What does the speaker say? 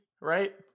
right